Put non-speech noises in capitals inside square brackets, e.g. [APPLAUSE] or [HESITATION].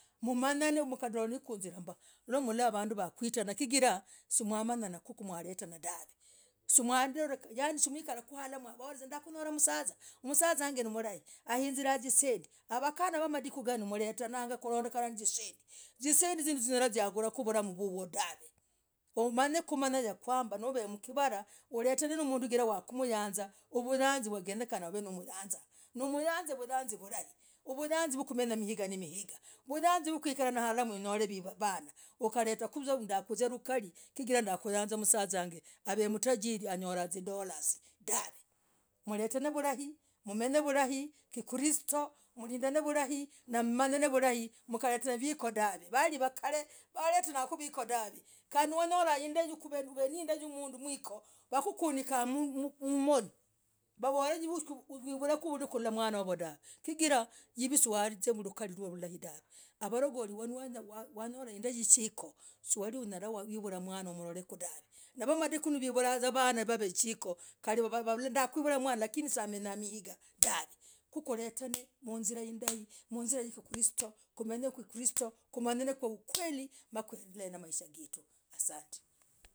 Mmanyane mkadolahkuzirahmbah, kuvolah vuzaa ndakanyolah msazaa msaza wag [HESITATION] havenazisendii msazah wag [HESITATION] nimlahi hahizirah avenazisendii wavakanah wamadiku nganooh vayanzaa vasaza chigirah zisendii zisendii zinoo linyalah kugulah mlammguguo dahv [HESITATION] noo manyekumanya yakwamba novemkivalah uletane nimnduu wakumyanzaa myazii yagenekanah noo nemyazaa noomyazii vulai noomyazii yakumanya mingaa na mingaa vuyazii wakukarah harara mnyol [HESITATION] vanaa ukaletah mnduu chigirah anyolah zindolahh dahv [HESITATION] mletane vulai kukristo mmanyane vulai mkaletanah ku vioo dahv [HESITATION] wakale wakuletana vikoo dahv [HESITATION] kandi naunyolah uv [HESITATION] hindaa vikoo wakukunikia mmmoni! Vavol [HESITATION] hiv [HESITATION] kaivulah koo naulol [HESITATION] mwana gulah dahv [HESITATION] chigirah avalagoli nivawanyola hindaa chalikoo chaliunyalah kuivulah mwana ulolekuu dahv [HESITATION] nawamadiku ganoo wavulahvuzaa vanaa veve chikoo kali wavolah kwakwivulah mwana lakini siyamenya migaa dahv [HESITATION] kuletanah kuizirah lilai mzirah ya kristo asante.